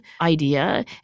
idea